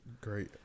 Great